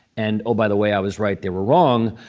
and, oh, by the way, i was right. they were wrong.